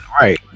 right